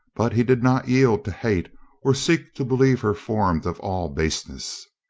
but he did not yield to hate or seek to believe her formed of all baseness.